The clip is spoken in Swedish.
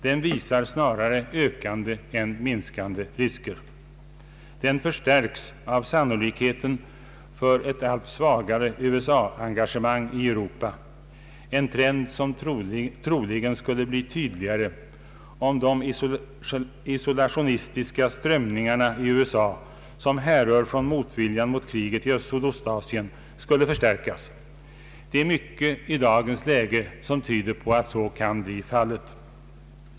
Den visar snarare ökande än minskande risker. Den förstärks av sannolikheten för ett allt svagare USA-engagemang i Europa, en trend som troligen skulle bli tydligare om de isolationistiska strömningarna i USA, som härrör från motvilja mot kriget i Sydostasien, skulle förstärkas. Det är mycket i dagens läge som tyder på att så kan bli fallet.